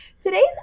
Today's